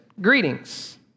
Greetings